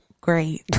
Great